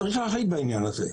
צריך להחליט בעניין הזה.